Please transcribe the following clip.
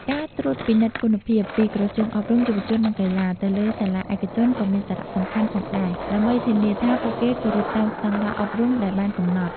ការត្រួតពិនិត្យគុណភាព ពីក្រសួងអប់រំ យុវជន និងកីឡា ទៅលើសាលាឯកជនក៏មានសារៈសំខាន់ផងដែរ ដើម្បីធានាថាពួកគេគោរពតាមស្តង់ដារអប់រំដែលបានកំណត់។